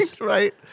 right